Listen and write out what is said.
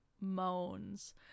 Moans